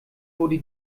wurde